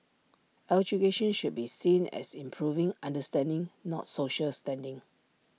education should be seen as improving understanding not social standing